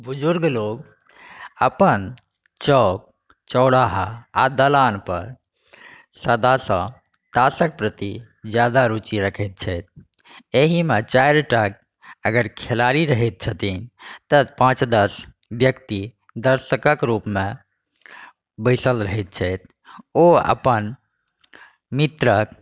बुजुर्ग लोक अपन चौक चौराहा आ दलान पर सदासँ ताशक प्रति ज्यादा रूचि रखैत छथि एहिमे चारिटा अगर खेलाड़ी रहैत छथिन तऽ पाँच दस व्यक्ति दर्शकक रूपमे बैसल रहैत छथि ओ अपन मित्रक